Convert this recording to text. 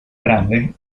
grande